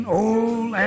old